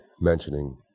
mentioning